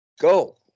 go